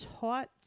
taught